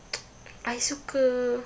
I suka